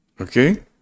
okay